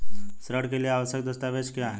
ऋण के लिए आवश्यक दस्तावेज क्या हैं?